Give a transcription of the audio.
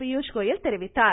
பியூஷ்கோயல் தெரிவித்தார்